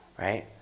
right